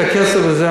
את הכסף הזה,